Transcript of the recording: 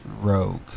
Rogue